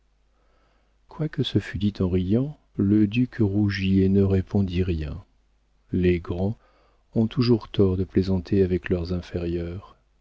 quoique ce fût dit en riant le duc rougit et ne répondit rien les grands ont toujours tort de plaisanter avec leurs inférieurs